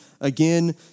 Again